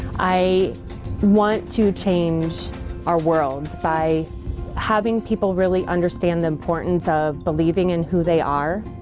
i want to change our world by having people really understand the importance of believing in who they are,